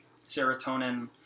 serotonin